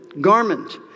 garment